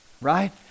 Right